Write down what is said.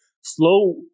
Slow